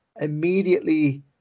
immediately